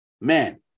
Man